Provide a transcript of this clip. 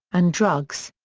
and drugs.